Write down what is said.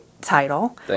title